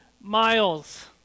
miles